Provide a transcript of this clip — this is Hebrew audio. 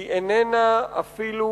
היא איננה אפילו